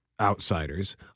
outsiders